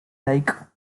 like